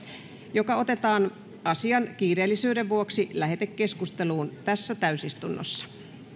joka otetaan asian kiireellisyyden vuoksi lähetekeskusteluun tässä täysistunnossa